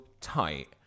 tight